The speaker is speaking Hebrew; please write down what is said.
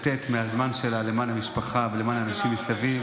מהזמן שלה למען המשפחה ולמען אנשים מסביב.